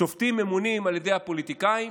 שופטים ממונים על ידי הפוליטיקאים.